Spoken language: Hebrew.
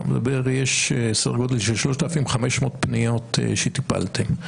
אתה מדבר, יש סדר גודל של 3,500 פניות שטיפלתם.